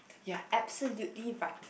you are absolutely right